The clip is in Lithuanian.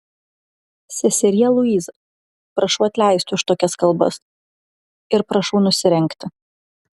seserie luiza prašau atleisti už tokias kalbas ir prašau nusirengti